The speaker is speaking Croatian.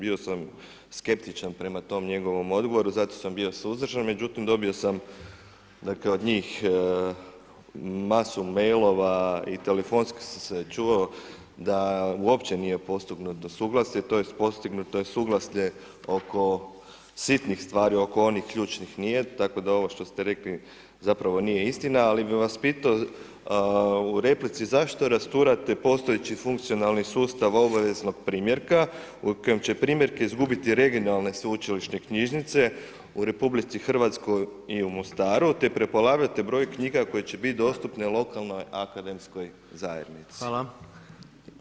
Bio sam skeptičan prema tom njegovom odgovoru, zato sam bio suzdržan, međutim, dobio sam od njih masu mailova i telefonski sam se čuo, da uopće nije postignuto suglasje, tj. postignuto je suglasje oko sitnih stvari, oko onih ključnih nije, tako da ovo što ste rekli, zapravo nije istina, ali bi vas pitao u replici, zašto rasturate postojeći funkcionalni sustav obavijesnog primjerka, u kojem će primjerke izgubiti regionalne sveučilišne knjižnice u RH i u Mostaru, te prepolovljujte br. knjiga, koje će biti dostupno lokalnoj akademskoj zajednici.